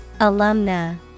Alumna